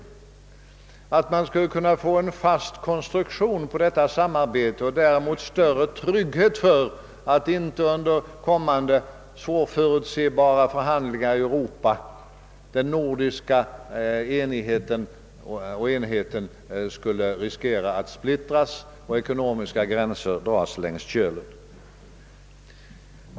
Man skulle också kunna få en fast uppbyggnad av detta arbete och därmed uppnå större trygghet för att inte den nordiska enigheten och enheten skulle riskera att splittras under kommande svåröverblickbara förhandlingar i Europa, vilka eljest skulle kunna medföra att ekonomiska gränser kunde komma att dras upp längs Kölen.